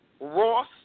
Ross